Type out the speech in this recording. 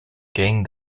gained